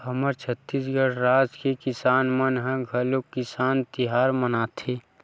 हमर छत्तीसगढ़ राज के किसान मन ह घलोक किसान तिहार मनाथे